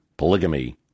Polygamy